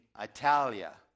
Italia